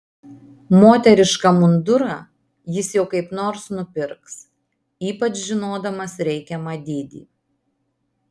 moterišką mundurą jis jau kaip nors nupirks ypač žinodamas reikiamą dydį